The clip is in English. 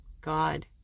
God